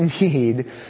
need